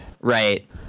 right